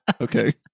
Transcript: Okay